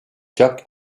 jack